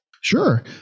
Sure